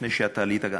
לפני שאתה עלית,